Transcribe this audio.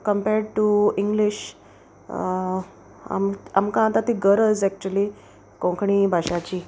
compared to English आम आमकां आतां ती गरज एक्चुली कोंकणी भाशाची